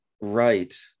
Right